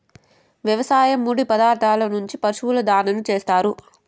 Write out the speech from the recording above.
వ్యవసాయ ముడి పదార్థాల నుంచి పశువుల దాణాను చేత్తారు